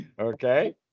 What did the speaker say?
okay